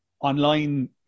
online